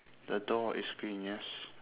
the door is green yes